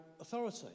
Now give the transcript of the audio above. authority